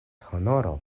honoro